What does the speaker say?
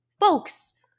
folks